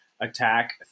attack